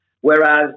Whereas